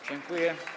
Dziękuję.